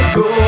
go